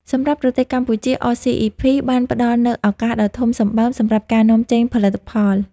សម្រាប់ប្រទេសកម្ពុជា អ សុី អុី ភី (RCEP)បានផ្តល់នូវឱកាសដ៏ធំសម្បើមសម្រាប់ការនាំចេញផលិតផល។